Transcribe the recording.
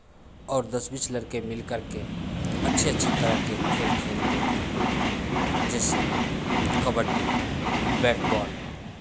और दस बीस लड़के मिलकर के अच्छे अच्छे तरह के खेल खेलते थे जैसे कबड्डी बैट बॉल